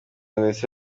ndetse